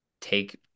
take